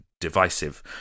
divisive